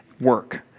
work